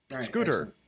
Scooter